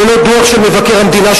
ולא דוח של מבקר המדינה,